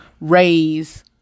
raise